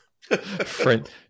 Friend